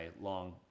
long